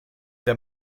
der